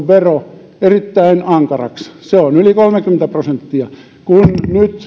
vero erittäin ankaraksi se on yli kolmekymmentä prosenttia kun nyt